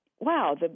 wow